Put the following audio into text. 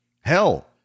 hell